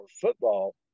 football